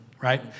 right